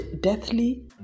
deathly